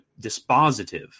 dispositive